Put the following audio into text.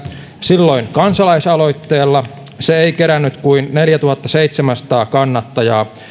silloin kansalaisaloitteella se ei kerännyt kuin neljätuhattaseitsemänsataa kannattajaa